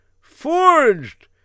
Forged